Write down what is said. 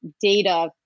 data